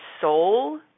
soul